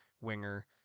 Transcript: winger